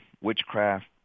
witchcraft